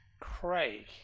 Craig